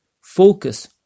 focus